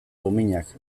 dominak